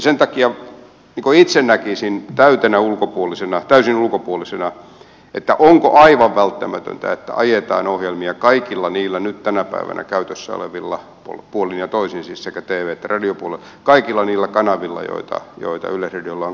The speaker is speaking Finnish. sen takia itse kysyisin täysin ulkopuolisena onko aivan välttämätöntä että ajetaan ohjelmia kaikilla niillä tänä päivänä käytössä olevilla puolin ja toisin siis sekä tv että radiopuolella kanavilla joita yleisradiolla on käytössään